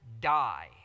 die